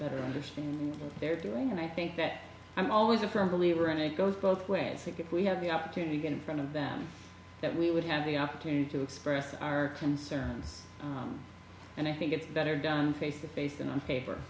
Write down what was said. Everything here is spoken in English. better understanding they're doing and i think that i'm always a firm believer in it goes both ways i think if we have the opportunity going in front of them that we would have the opportunity to express our concerns and i think it's better done face to face than on paper